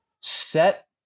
set